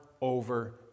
over